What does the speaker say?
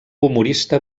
humorista